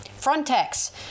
Frontex